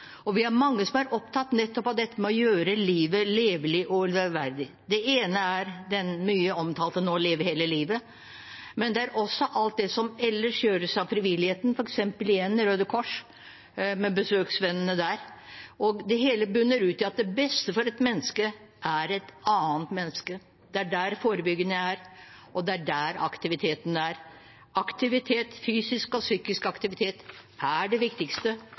Vi er mange som er opptatt nettopp av dette med å gjøre livet levelig og leveverdig. Det ene er den nå mye omtalte «Leve hele livet», men det er også alt det som ellers gjøres av frivilligheten, f.eks. igjen Røde Kors, med besøksvennene der. Og det hele munner ut i at det beste for et menneske er et annet menneske. Det er der det forebyggende er, og det er der aktiviteten er. Aktivitet, fysisk og psykisk, er det viktigste